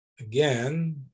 again